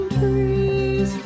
trees